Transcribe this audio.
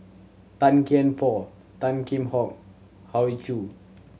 Tan Kian Por Tan Kheam Hock Hoey Choo